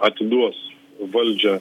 atiduos valdžią